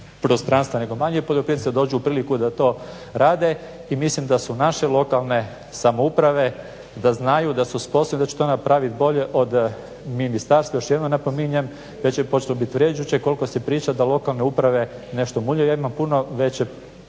prostranstva nego manji poljoprivrednici da dođu u priliku da to rade. I mislim da su naše lokalne samouprave, da znaju da su sposobne da će to napravit bolje od ministarstva. Još jednom napominjem već je počelo bit vrijeđajuće koliko se priča da lokalne uprave nešto muljaju. Ja imam puno veće